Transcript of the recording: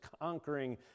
conquering